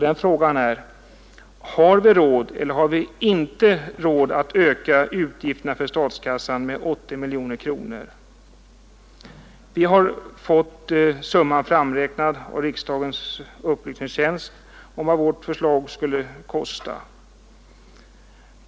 Den frågan är: Har vi råd eller har vi inte råd att öka utgifterna för statskassan med 80 miljoner kronor? Det är vad vårt förslag skulle kosta; vi har fått summan framräknad av riksdagens upplysningstjänst.